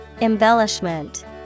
Embellishment